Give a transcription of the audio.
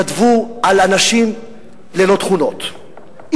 כתבו על אנשים ללא תכונות,